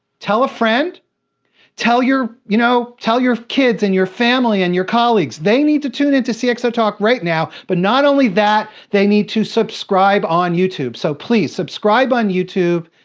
tell a friend tell your you know tell your kids, and your family, and your colleagues. they need to tune into cxotalk right now. but, not only that they need to subscribe on youtube. so please, subscribe on youtube.